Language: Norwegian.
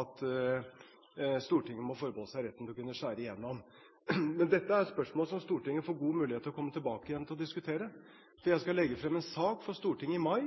at Stortinget må forbeholde seg retten til å kunne skjære igjennom. Dette er imidlertid et spørsmål som Stortinget får god mulighet til å komme tilbake igjen og diskutere, for jeg skal legge frem en sak for Stortinget i mai.